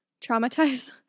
traumatize